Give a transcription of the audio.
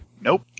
Nope